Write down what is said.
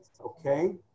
Okay